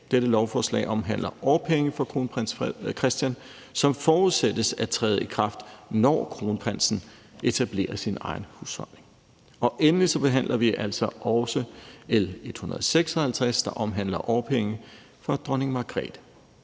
Dette lovforslag omhandler årpenge for kronprins Christian, som forudsættes at træde i kraft, når kronprinsen etablerer sin egen husholdning. Endelig behandler vi altså også lovforslag nr. L 156, der omhandler årpenge for dronning Margrethe.